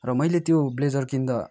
र मैले त्यो ब्लेजर किन्दा